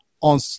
on